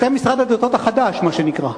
אתם משרד הדתות החדש, מה שנקרא.